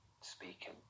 speaking